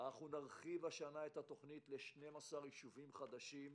נרחיב השנה את התוכנית ל-12 ישובים חדשים.